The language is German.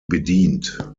bedient